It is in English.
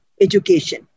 education